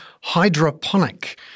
hydroponic